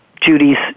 Judy's